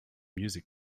music